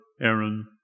Aaron